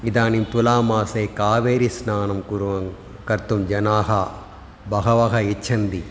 इदानीं तुलामासे कावेरीस्नानं कुर्वन् कर्तुं जनाः बहवः इच्छन्ति